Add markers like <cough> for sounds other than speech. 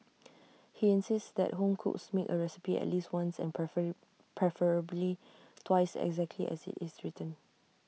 he insists that home cooks make A recipe at least once and <unintelligible> preferably twice exactly as IT is written